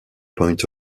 point